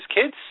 kids